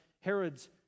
Herod's